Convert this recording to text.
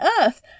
earth